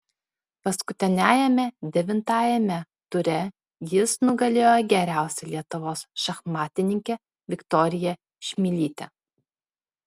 paskutiniajame devintajame ture jis nugalėjo geriausią lietuvos šachmatininkę viktoriją čmilytę